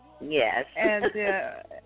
Yes